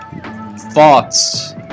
thoughts